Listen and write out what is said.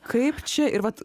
kaip čia ir vat